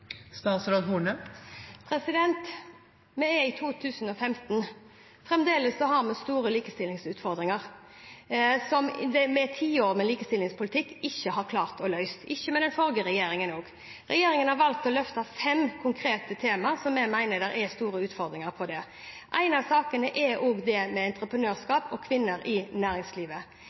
Vi er i 2015. Vi har fremdeles store likestillingsutfordringer som man med flere tiår med likestillingspolitikk ikke har klart å løse – ikke den forrige regjeringen heller. Regjeringen har valgt å løfte fram fem konkrete tema som vi mener det er store utfordringer ved knyttet til dette. Én av sakene er det med entreprenørskap og kvinner i næringslivet. Det